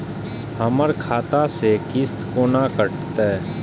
हमर खाता से किस्त कोना कटतै?